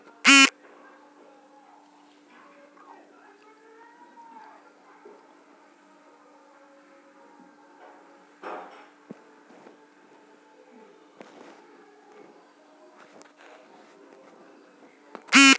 ಒಳ್ಳೆ ಗುಣಮಟ್ಟದ ಸಸಿಗಳ ಬೆಳವಣೆಗೆಗೆ ಯಾವ ಔಷಧಿ ಮತ್ತು ರಸಗೊಬ್ಬರ ಉತ್ತಮ?